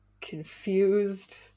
confused